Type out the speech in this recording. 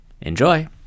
Enjoy